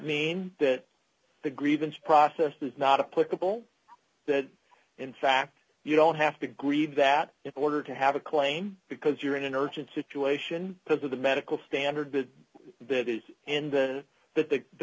mean that the grievance process is not a political that in fact you don't have to agree that if the order to have a claim because you're in an urgent situation because of the medical standard that that is and then that the